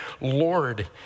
Lord